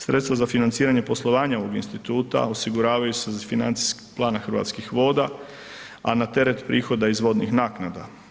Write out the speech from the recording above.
Sredstva za financiranje poslovanja ovog instituta osiguravaju se iz financijskog plana Hrvatskih voda, a na teret prihoda iz vodnih naknada.